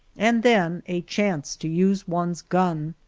and then a chance to use one's gun.